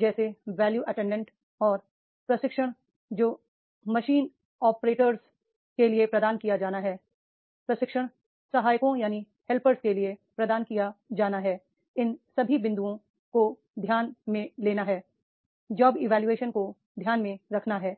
जैसे और प्रशिक्षण जो मशीन ऑपरेटरों के लिए प्रदान किया जाना है प्रशिक्षण सहायकों के लिए प्रदान किया जाना है इन सभी बिंदु ओं को ध्यान में लेना है जॉब इवोल्यूशन को ध्यान में रखा जाना है